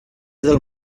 del